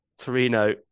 Torino